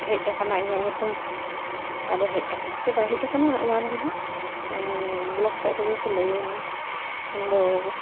ᱦᱮᱡ ᱟᱠᱟᱱᱟ ᱤᱧᱟᱹᱜ ᱧᱩᱛᱩᱢ ᱟᱫᱚ ᱦᱮᱡ ᱟᱠᱟᱱᱟ ᱥᱮ ᱵᱟᱭ ᱦᱮᱡ ᱟᱠᱟᱱᱟ ᱚᱱᱟ ᱫᱚ ᱱᱟᱜ ᱵᱞᱚᱠ ᱥᱮᱫ ᱨᱮᱜᱮ ᱠᱚ ᱞᱟᱹᱭᱟᱹᱧᱟ ᱤᱧᱫᱚ